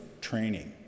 training